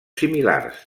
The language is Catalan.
similars